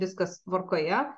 viskas tvarkoje